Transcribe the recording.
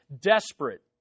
Desperate